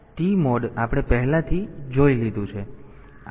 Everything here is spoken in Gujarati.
તેથી TMOD આપણે પહેલાથી જ જોઈ લીધું છે